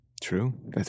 True